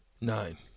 Nine